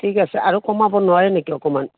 ঠিক আছে আৰু কমাব নোৱাৰে নেকি অকণমান